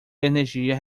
energia